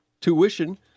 tuition